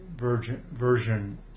version